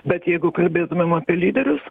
bet jeigu kalbėtumėm apie lyderius